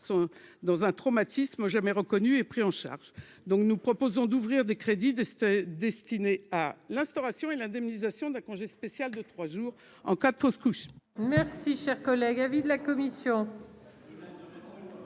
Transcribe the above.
sont dans un traumatisme, jamais reconnu et pris en charge, donc nous proposons d'ouvrir des crédits. C'est destiné à l'instauration et l'indemnisation d'un congé spécial de 3 jours. En cas de fausse couche. Merci, cher collègue,